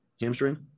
hamstring